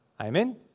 Amen